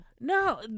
No